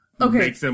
Okay